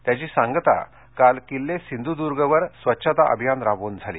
त्याची सांगता काल किल्ले सिंधुदूर्गवर स्वच्छता अभियान राबवून झाली